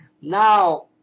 Now